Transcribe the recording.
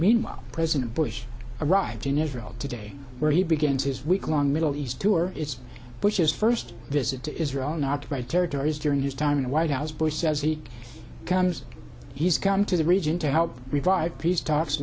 meanwhile president bush arrives in israel today where he begins his week long middle east tour it's bush's first visit to israel not by territories during his time in the white house bush says he comes he's come to the region to help revive peace talks